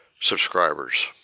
subscribers